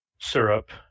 syrup